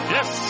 Yes